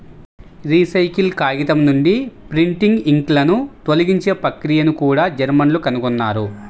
recycle కాగితం నుండి printing ఇంక్లను తొలగించే ప్రక్రియను కూడా జర్మన్లు కనుగొన్నారు